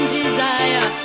desire